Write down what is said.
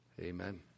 Amen